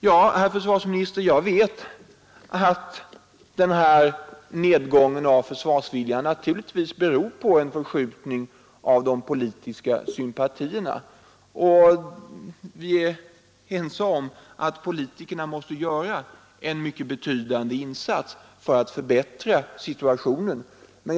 Ja, herr försvarsminister, jag vet att nedgången i försvarsviljan naturligtvis beror på en förskjutning i de politiska sympatierna. Vi är ense om att politikerna måste göra en mycket betydande insats för att förbättra situationen.